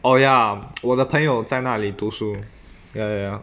oh ya 我的朋友在那里读书 ya ya ya